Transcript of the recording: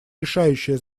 решающее